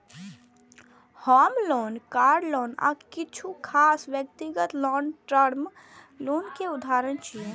होम loan, car loan आ किछु खास व्यक्तिगत लोन टर्म लोन के उदाहरण छियै